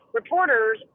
reporters